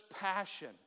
passion